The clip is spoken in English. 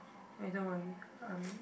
okay don't worry